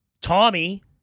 Tommy